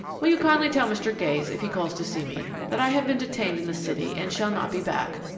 will you kindly tell mr. gayes, if he calls to see me, that i have been detained in the city, and shall not be back.